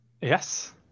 Yes